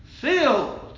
filled